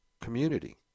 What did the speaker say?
community